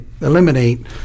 eliminate